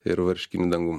ir varškiniu dangum